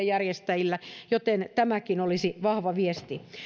järjestäjille tämäkin olisi vahva viesti